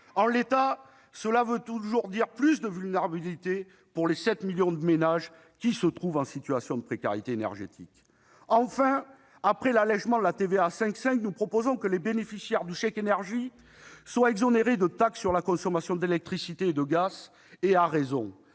En l'état, cela veut dire toujours plus de vulnérabilité pour les 7 millions de ménages qui se trouvent en situation de précarité énergétique. Enfin, après l'allégement de la TVA à 5,5 %, nous proposons que les bénéficiaires du chèque énergie soient exonérés de taxes sur la consommation d'électricité et de gaz, et à raison